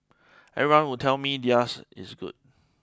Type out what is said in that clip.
everyone would tell me theirs is good